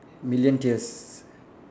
million tears